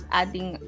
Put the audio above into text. adding